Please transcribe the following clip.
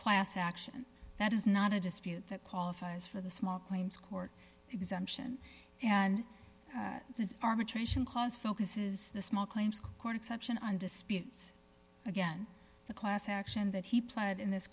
class action that is not a dispute that qualifies for the small claims court exemption and the arbitration clause focuses the small claims court exemption on disputes again the class action that he planted in this